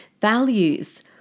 values